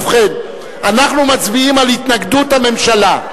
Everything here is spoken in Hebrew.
ובכן, אנחנו מצביעים על התנגדות הממשלה.